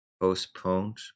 Postponed